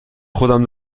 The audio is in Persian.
خودم